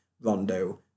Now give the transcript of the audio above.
Rondo